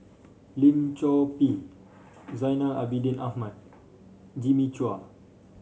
Lim Chor Pee Zainal Abidin Ahmad Jimmy Chua